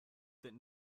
that